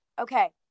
Okay